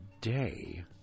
day